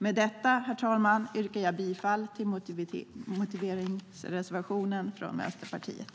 Med detta, herr talman, yrkar jag bifall till motiveringsreservationen från Vänsterpartiet.